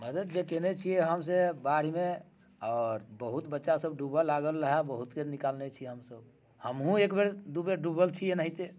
मदद जे केने छियै हम से बाढ़िमे बहुत बच्चा सभ डूबऽ लागल रहै बहुतके निकालने छियै हम सभ हमहुँ एक बेर दू बेर डूबल छी एनाहिते